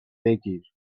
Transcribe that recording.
بگیر